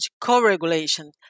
co-regulation